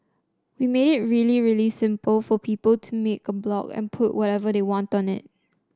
we made it really really simple for people to make a blog and put whatever they want on it